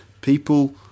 people